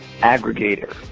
aggregator